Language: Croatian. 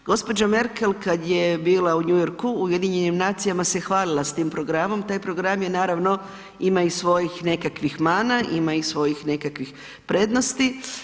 Gospođa Merkel kada je bila u New Yorku u UN-u se hvalila s tim programom, taj program je naravno ima i svojih nekakvih mana, ima i svojih nekakvih prednosti.